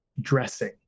dressing